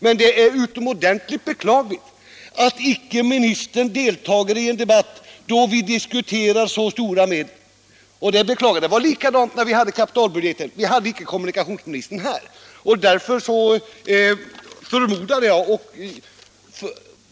Men det är utomordentligt beklagligt att icke ministern deltar i en debatt då vi diskuterar så stora belopp. Det var likadant när vi behandlade kapitalbudgeten - kommunikationsministern var icke här.